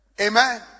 Amen